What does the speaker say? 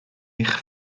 eich